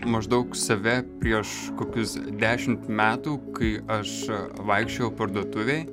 maždaug save prieš kokius dešimt metų kai aš vaikščiojau parduotuvėj